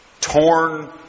torn